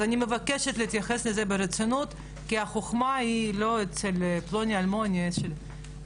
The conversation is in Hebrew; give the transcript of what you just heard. אז אני מבקשת להתייחס לזה ברצינות כי החוכמה לא אצל פלוני אלמוני,